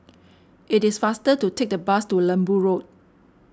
it is faster to take the bus to Lembu Road